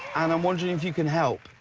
and i'm wondering if you could help.